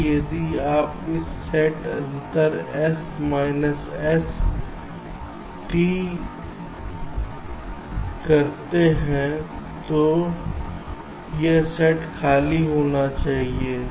इसलिए यदि आप एक सेट अंतर S माइनस S करते हैं तो यह सेट खाली होना चाहिए